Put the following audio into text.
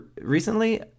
recently –